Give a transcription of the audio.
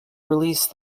released